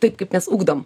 taip kaip mes ugdom